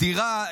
דירה,